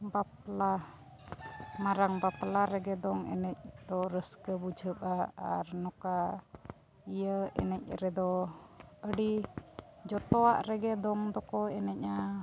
ᱵᱟᱯᱞᱟ ᱢᱟᱨᱟᱝ ᱵᱟᱯᱞᱟ ᱨᱮᱜᱮ ᱫᱚᱝ ᱮᱱᱮᱡ ᱫᱚ ᱨᱟᱹᱥᱠᱟᱹ ᱵᱩᱡᱷᱟᱹᱜᱼᱟ ᱟᱨ ᱱᱚᱝᱠᱟ ᱤᱭᱟᱹ ᱮᱱᱮᱡ ᱨᱮᱫᱚ ᱟᱹᱰᱤ ᱡᱚᱛᱚᱣᱟᱜ ᱨᱮᱜᱮ ᱫᱚᱝ ᱫᱚᱠᱚ ᱮᱱᱮᱡᱼᱟ